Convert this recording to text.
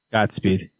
Godspeed